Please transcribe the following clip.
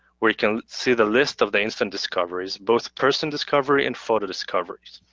we can see the list of the instant discoveries, both person discovery and photo discoveries.